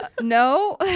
No